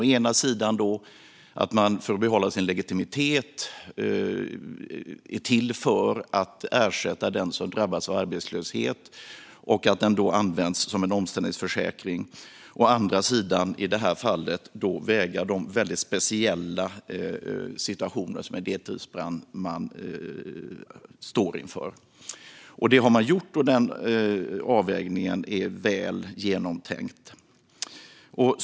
Å ena sidan är försäkringen, för att behålla sin legitimitet, till för att ersätta den som drabbas av arbetslöshet och ska användas som en omställningsförsäkring. Å andra sidan, i detta fall, får man väga de väldigt speciella situationer som en deltidsbrandman står inför. Detta har man gjort, och den avvägningen är väl genomtänkt.